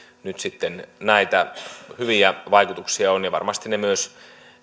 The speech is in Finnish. nyt sitten näitä hyviä vaikutuksia on ja varmasti ne myös